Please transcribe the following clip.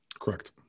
Correct